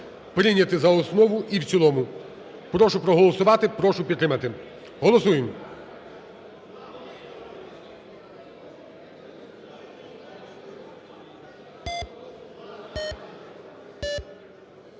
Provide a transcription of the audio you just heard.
прийняти за основу і в цілому. Прошу проголосувати, прошу підтримати. Голосуємо.